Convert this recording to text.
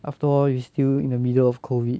after all we still in the middle of COVID